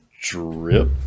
drip